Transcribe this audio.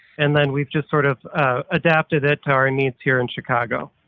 and then we've just sort of adapted it to our needs here in chicago.